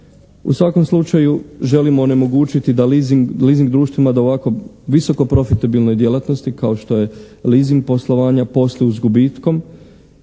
U svakom slučaju želimo onemogućiti da leasing, leasing društvima da ovako visoko profitabilnoj djelatnosti kao što je leasing poslovanja posluju s gubitkom